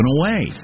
away